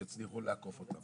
שיצליחו לעקוף אותם.